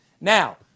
Now